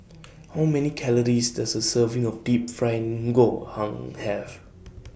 How Many Calories Does A Serving of Deep Fried Ngoh Hiang Have